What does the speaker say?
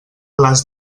les